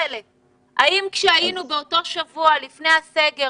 האם כשהיינו באותו שבוע שלפני הסגר,